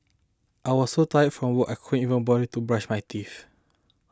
I was so tired from work I could even bother to brush my teeth